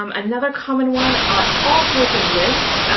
um another common one are all sorts of lists.